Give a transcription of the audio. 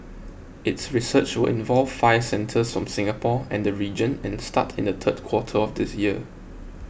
its research will involve five centres from Singapore and the region and start in the third quarter of this year